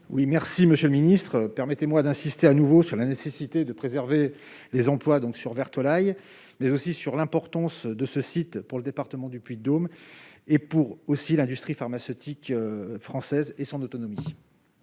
secrétaire d'État, permettez-moi d'insister de nouveau sur la nécessité de préserver les emplois, donc sur Vertolaye, mais aussi sur l'importance de ce site pour le département du Puy-de-Dôme et pour l'industrie pharmaceutique française et son autonomie